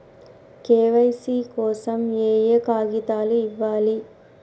KYC కోసం ఏయే కాగితాలు ఇవ్వాలి?